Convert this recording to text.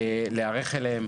להיערך אליהם.